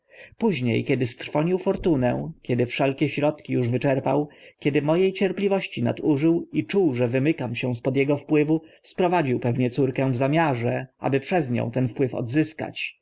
późnie kiedy strwonił fortunę kiedy wszelkie środki uż wyczerpał podstęp kiedy mo e cierpliwości nadużył i czuł że wymykam się spod ego wpływu sprowadził pewnie córkę w zamiarze aby przez nią ten wpływ odzyskać